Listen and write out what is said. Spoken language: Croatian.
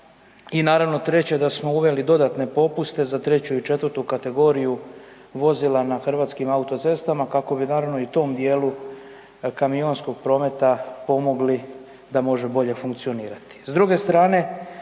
i naravno, 3. da smo uveli dodatne popuste za 3. i 4. kategoriju vozila na hrvatskim autocestama, kako bi naravno, i tom dijelu kamionskog prometa pomogli da može bolje funkcionirati.